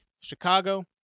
Chicago